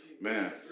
Man